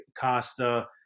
Costa